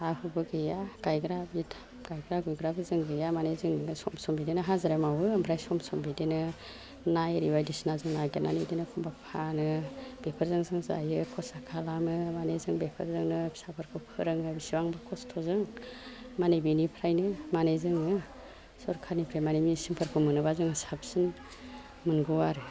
हा हुबो गैया गाइग्रा बिथा गाइग्रा गुइग्राबो जों गैया मानि जों दा सम सम बिदिनो हाजिरा मावो ओमफ्राय सम सम बिदिनो ना इरि बायदिसिना जों नागिरनानै इदिनो एखमबा फानो बेफोरजों जों जायो खर्सा खालामो माने जों बेफोरजोंनो फिसाफोरखौ फोरोङो बिसिबांबा खस्थ'जों मानि बिनिफ्रायनो माने जोङो सरखारनिफ्राय माने मिसिनफोरखौ मोनोबा जों साबसिन मोनगौ आरो